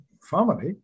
family